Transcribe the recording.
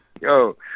yo